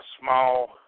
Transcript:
small